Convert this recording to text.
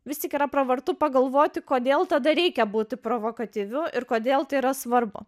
vis tik yra pravartu pagalvoti kodėl tada reikia būti provakatyviu ir kodėl tai yra svarbu